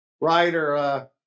writer